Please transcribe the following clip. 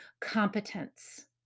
competence